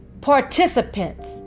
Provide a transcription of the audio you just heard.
participants